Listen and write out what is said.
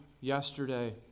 yesterday